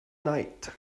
night